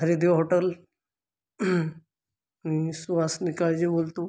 Haridev hotel मी सुहास निकाळजे बोलतो